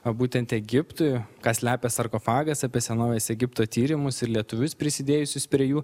būtent egiptui ką slepia sarkofagas apie senovės egipto tyrimus ir lietuvius prisidėjusius prie jų